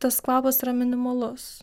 tas kvapas yra minimalus